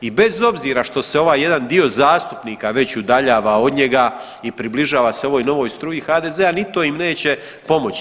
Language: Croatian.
I bez obzira što se ovaj jedan dio zastupnika već udaljava od njega i približava se ovoj novoj struji HDZ-a ni to im neće pomoći.